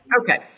Okay